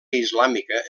islàmica